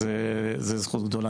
אז זו זכות גדולה.